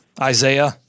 Isaiah